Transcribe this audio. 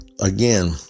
Again